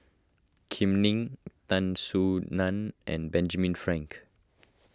Kam Ning Tan Soo Nan and Benjamin Frank